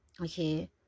Okay